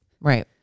Right